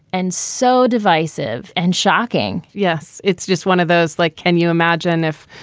and so divisive and shocking yes. it's just one of those like, can you imagine if,